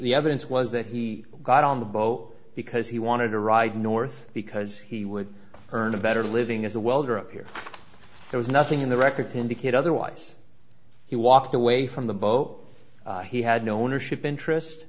the evidence was that he got on the boat because he wanted to ride north because he would earn a better living as a welder up here there was nothing in the record to indicate otherwise he walked away from the boat he had no ownership interest